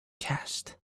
cast